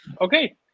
okay